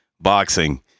boxing